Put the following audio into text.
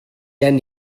gen